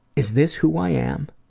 is this who i am?